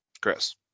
Chris